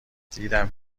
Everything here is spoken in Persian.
دیدم